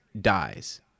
dies